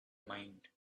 mind